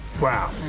Wow